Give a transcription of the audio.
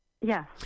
Yes